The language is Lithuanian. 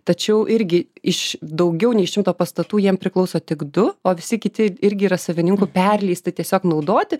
tačiau irgi iš daugiau nei šimto pastatų jiem priklauso tik du o visi kiti irgi yra savininkų perleisti tiesiog naudoti